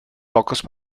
pocos